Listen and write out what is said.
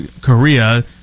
korea